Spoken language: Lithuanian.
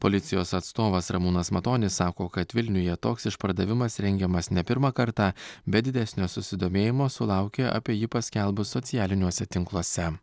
policijos atstovas ramūnas matonis sako kad vilniuje toks išpardavimas rengiamas ne pirmą kartą bet didesnio susidomėjimo sulaukė apie jį paskelbus socialiniuose tinkluose